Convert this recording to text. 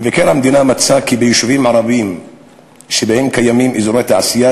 מבקר המדינה מצא כי ביישובים ערביים שבהם קיימים אזורי תעשייה